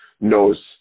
knows